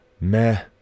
meh